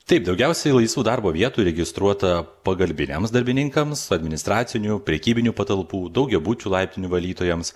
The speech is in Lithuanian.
taip daugiausiai laisvų darbo vietų registruota pagalbiniams darbininkams administracinių prekybinių patalpų daugiabučių laiptinių valytojams